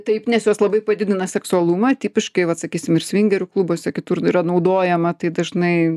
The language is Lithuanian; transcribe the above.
taip nes jos labai padidina seksualumą tipiškai vat sakysim ir svingerių ir klubuose kitur yra naudojama tai dažnai